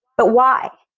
but why?